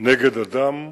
נגד אדם,